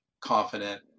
confident